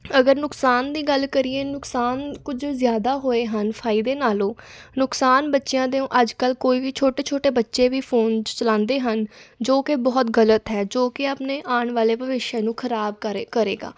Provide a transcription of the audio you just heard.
ਅਗਰ ਨੁਕਸਾਨ ਦੀ ਗੱਲ ਕਰੀਏ ਨੁਕਸਾਨ ਕੁਝ ਜ਼ਿਆਦਾ ਹੋਏ ਹਨ ਫਾਇਦੇ ਨਾਲੋਂ ਨੁਕਸਾਨ ਬੱਚਿਆਂ ਦੇ ਅੱਜ ਕੱਲ੍ਹ ਕੋਈ ਵੀ ਛੋਟੇ ਛੋਟੇ ਬੱਚੇ ਵੀ ਫੋਨ ਚਲਾਉਂਦੇ ਹਨ ਜੋ ਕਿ ਬਹੁਤ ਗਲਤ ਹੈ ਜੋ ਕਿ ਆਪਣੇ ਆਉਣ ਵਾਲੇ ਭਵਿੱਖ ਨੂੰ ਖ਼ਰਾਬ ਕਰੇ ਕਰੇਗਾ